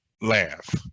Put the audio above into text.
laugh